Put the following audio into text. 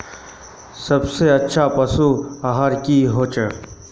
सबसे अच्छा पशु आहार की होचए?